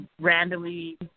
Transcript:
randomly